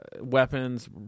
weapons